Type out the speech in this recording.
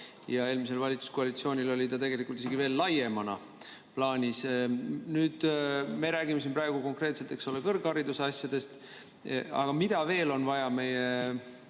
Eelmisel valitsuskoalitsioonil oli see tegelikult isegi veel laiemana plaanis. Me räägime praegu konkreetselt kõrghariduse asjadest, aga mida veel on vaja meie